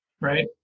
right